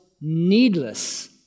needless